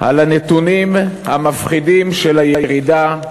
על הנתונים המפחידים של הירידה,